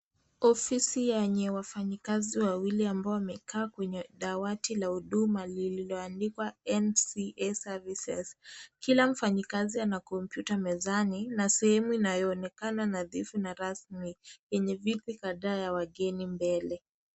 Ofisi yenye wafanyakazi wawili ambao wamekaa kwenye dawati la huduma lililoandikwa 'NCA Services'. Kila mfanyakazi ana kompyuta mezani na sehemu inayoonekana nadhifu na rasmi yenye viti kadhaa ya wageni mbele.